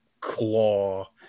claw